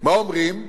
מה אומרים?